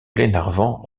glenarvan